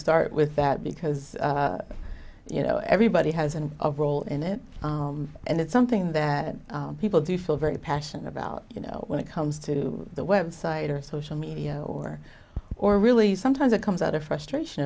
start with that because you know everybody has and of role in it and it's something that people do feel very passionate about you know when it comes to the website or social media or or really sometimes it comes out of frustration